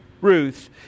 Ruth